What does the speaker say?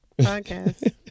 podcast